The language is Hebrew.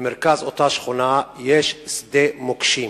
במרכז אותה שכונה יש שדה מוקשים